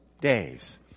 days